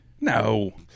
No